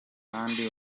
kandi